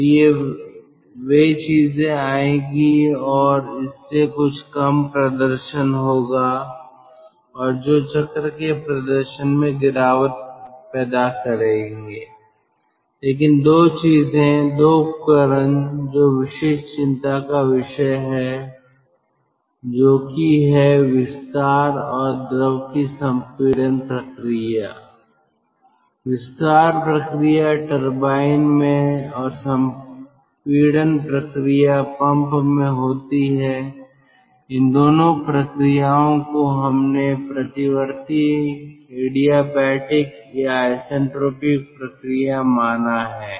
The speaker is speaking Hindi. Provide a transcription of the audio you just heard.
तो वे चीजें आएँगी और इससे कुछ कम प्रदर्शन होगा और जो चक्र के प्रदर्शन में गिरावट पैदा करेंगे लेकिन 2 चीजें 2 उपकरण जो विशेष चिंता का विषय है ज्योति है विस्तार और द्रव की संपीड़न प्रक्रिया विस्तार प्रक्रिया टरबाइन में और संपीड़न प्रक्रिया पंप में होती है इन दोनों प्रक्रियाओं को हमने प्रतिवर्ती एडियाबेटिक या आइसेंट्रोपिक प्रक्रिया माना है